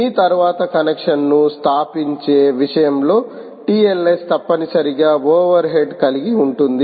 మీ తర్వాత కనెక్షన్ను స్థాపించే విషయంలో టిఎల్ఎస్ తప్పనిసరిగా ఓవర్ హెడ్ కలిగి ఉంటుంధి